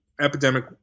epidemic